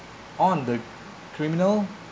on the criminal